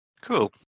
Cool